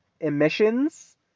emissions